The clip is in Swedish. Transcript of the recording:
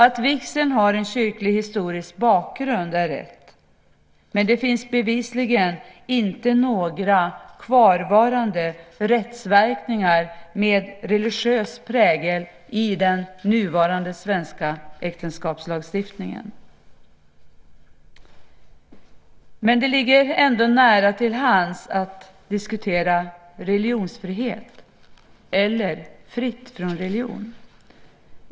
Att vigseln har en kyrklig historisk bakgrund är rätt. Men det finns bevisligen inte några kvarvarande rättsverkningar med religiös prägel i den nuvarande svenska äktenskapslagstiftningen. Det ligger ändå nära till hands att diskutera religionsfrihet eller frihet från religion.